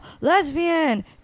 lesbian